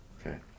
Okay